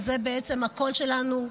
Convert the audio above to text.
וזה בעצם הקול שלנו.